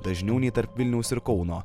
dažniau nei tarp vilniaus ir kauno